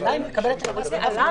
השאלה אם הוא יקבל את הקנס --- בוודאי.